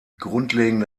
grundlegende